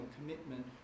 commitment